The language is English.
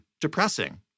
depressing